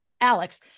Alex